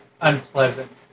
unpleasant